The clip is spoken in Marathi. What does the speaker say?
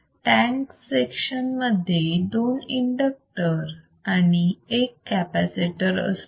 टॅंक सेक्शन मध्ये दोन इंडक्टर आणि एक कॅपॅसिटर असतो